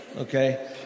okay